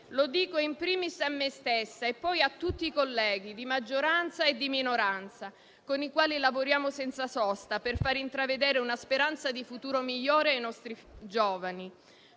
Lo dico *in primis* a me stessa e poi a tutti i colleghi di maggioranza e di minoranza, con i quali lavoriamo senza sosta per far intravedere una speranza di futuro migliore ai nostri giovani: